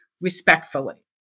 respectfully